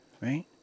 right